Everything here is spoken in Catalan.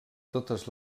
totes